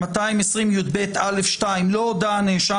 בסעיף 220יב(א)(2) ותאמרו שלא הודה הנאשם